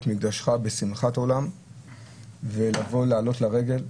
מקדשך בשמחת עולם ולבוא לעלות לרגל,